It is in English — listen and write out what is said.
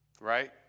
Right